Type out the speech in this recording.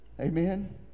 amen